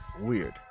weird